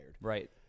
Right